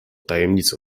tajemnica